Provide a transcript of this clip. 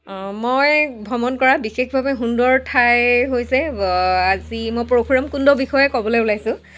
অঁ মই ভ্ৰমণ কৰা বিশেষভাৱে সুন্দৰ ঠাই হৈছে আজি মই পৰশুৰাম কুণ্ডৰ বিষয়ে ক'বলৈ ওলাইছোঁ